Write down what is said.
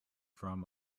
from